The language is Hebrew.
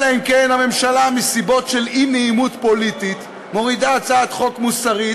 אלא אם כן הממשלה מסיבות של אי-נעימות פוליטית מורידה הצעת חוק מוסרית,